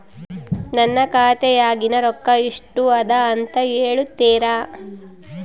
ನನ್ನ ಖಾತೆಯಾಗಿನ ರೊಕ್ಕ ಎಷ್ಟು ಅದಾ ಅಂತಾ ಹೇಳುತ್ತೇರಾ?